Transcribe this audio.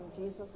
Jesus